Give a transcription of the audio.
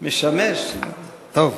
משמש, טוב.